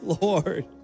Lord